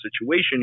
situation